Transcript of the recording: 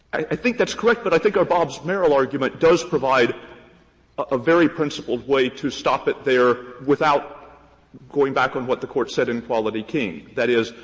i think that's correct, but i think our bobbs-merrill argument does provide a very principled way to stop it there without going back on what the court said in quality king. that is,